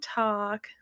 talk